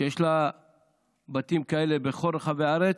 שיש לה בתים כאלה בכל רחבי הארץ,